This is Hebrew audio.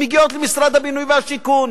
הן מגיעות למשרד הבינוי והשיכון,